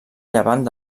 llevant